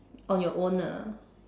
on your own lah